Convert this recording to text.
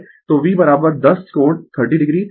तो V 10 कोण 30 o